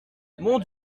mon